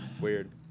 Weird